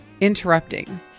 interrupting